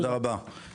תודה רבה.